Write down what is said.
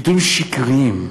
נתונים שקריים,